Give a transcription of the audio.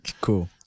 Cool